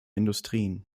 industrien